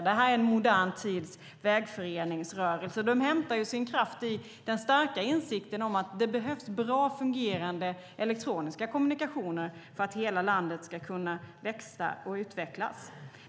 Det här är modern tids vägföreningsrörelse. De hämtar sin kraft i den starka insikten om att det behövs bra fungerande elektroniska kommunikationer för att hela landet ska kunna växa och utvecklas.